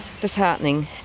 disheartening